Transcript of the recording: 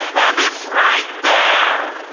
and it's right there.